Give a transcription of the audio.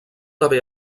haver